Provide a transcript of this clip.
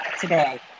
today